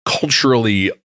culturally